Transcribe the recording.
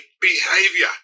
behavior